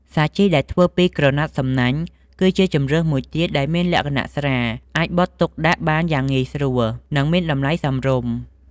សាជីដែលធ្វើពីក្រណាត់សំណាញ់ គឺជាជម្រើសមួយទៀតដែលមានលក្ខណៈស្រាល អាចបត់ទុកដាក់បានយ៉ាងងាយស្រួល និងមានតម្លៃសមរម្យ។